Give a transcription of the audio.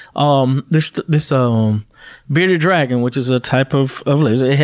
um there's this um bearded dragon, which is a type of of lizard.